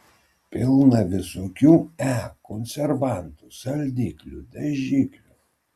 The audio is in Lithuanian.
pilna visokių e konservantų saldiklių dažiklių